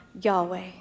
Yahweh